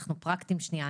אנחנו פרקטיים שנייה.